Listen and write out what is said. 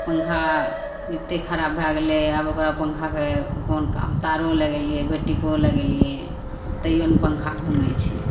पन्खा एतेक खराब भै गेलै आब ओकरा पन्खाके कोन काम तारो लगेलिए बैटरिको लगेलिए तैओ नहि पन्खा घुमै छै